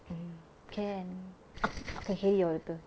mm can car !hey! yo~ later